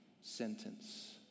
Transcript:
sentence